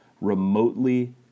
remotely